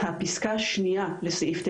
הפסקה השנייה לסעיף 9א,